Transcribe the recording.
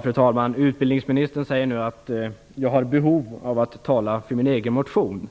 Fru talman! Utbildningsministern säger nu att jag har behov av att tala om min egen motion.